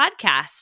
Podcast